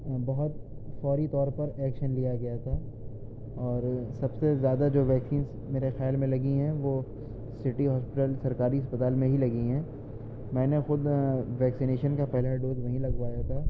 بہت فوری طور پر ایکشن لیا گیا تھا اور سب سے زیادہ جو ویکسینس میرے خیال میں لگی ہیں وہ سٹی ہاسپٹل سرکاری اسپتال میں ہی لگی ہیں میں نے خود ویکسنیشن کا پہلا ڈوز وہیں لگوایا تھا